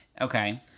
Okay